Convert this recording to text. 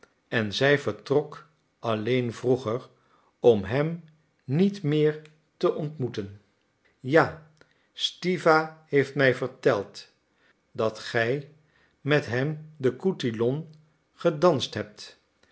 en zij vertrok alleen vroeger om hem niet meer te ontmoeten ja stiwa heeft mij verteld dat ge met hem den cotillon gedanst hebt